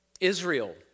Israel